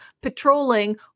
patrolling